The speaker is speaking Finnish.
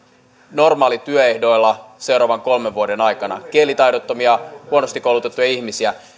normaalityöehdoilla seuraavan kolmen vuoden aikana kielitaidottomia huonosti koulutettuja ihmisiä